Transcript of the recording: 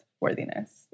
worthiness